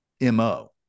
MO